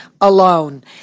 alone